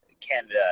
Canada